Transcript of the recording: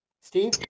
Steve